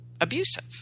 abusive